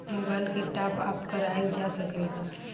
Mobile के top आप कराइल जा सकेला का?